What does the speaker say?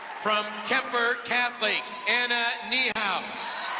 from kuemper catholic, anna niehaus.